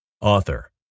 Author